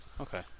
Okay